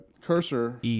cursor